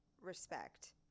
respect